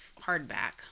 hardback